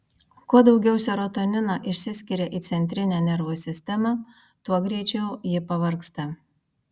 kuo daugiau serotonino išsiskiria į centrinę nervų sistemą tuo greičiau ji pavargsta